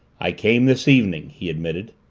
i came this evening, he admitted,